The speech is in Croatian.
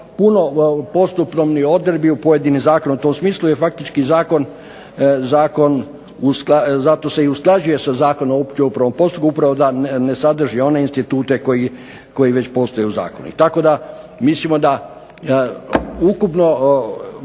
puno postupovnih odredbi o pojedinom zakonu u tom smislu, jer faktički zakon, zato se i usklađuje sa Zakonom o općem upravnom postupku upravo da ne sadrži one institute koji već postoje u zakonu. Tako da mislimo da ukupno,